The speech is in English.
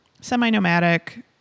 semi-nomadic